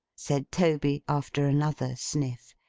said toby, after another sniff.